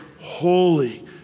holy